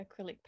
acrylic